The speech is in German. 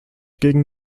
gegen